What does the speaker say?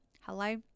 hello